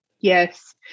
Yes